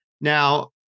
Now